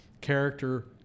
character